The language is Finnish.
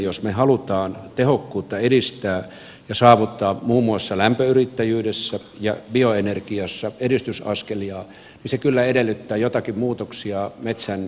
jos me haluamme tehokkuutta edistää ja saavuttaa muun muassa lämpöyrittäjyydessä ja bioenergiassa edistysaskelia niin se kyllä edellyttää joitakin muutoksia metsänomistuksessa